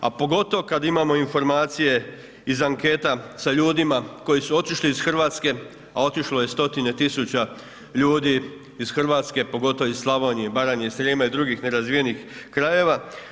A pogotovo kada imamo informacije iz anketa sa ljudima koji su otišli iz Hrvatske a otišlo je stotine tisuća ljudi iz Hrvatske, pogotovo iz Slavonije, Baranje i Srijema i drugih nerazvijenih krajeva.